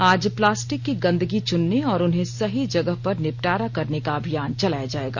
आज प्लास्टिक की गंदगी चुनने और उन्हें सही जगह पर निपटारा करने का अभियान चलाया जाएगा